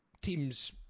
teams